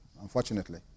unfortunately